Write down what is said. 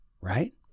right